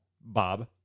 Bob